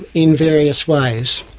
in various ways.